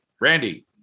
Randy